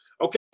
okay